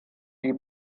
die